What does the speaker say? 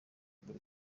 buri